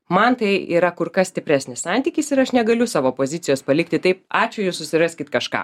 man tai yra kur kas stipresnis santykis ir aš negaliu savo pozicijos palikti taip ačiū jūs susiraskit kažką